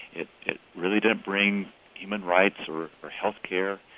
it it really didn't bring human rights or or health care